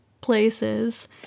places